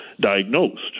diagnosed